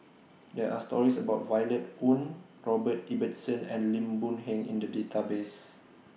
There Are stories about Violet Oon Robert Ibbetson and Lim Boon Heng in The Database